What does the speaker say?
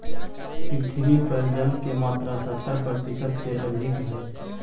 पृथ्वी पर जल के मात्रा सत्तर प्रतिशत से अधिक हई